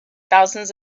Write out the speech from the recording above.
thousands